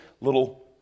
little